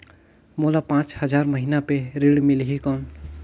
मोला पांच हजार महीना पे ऋण मिलही कौन?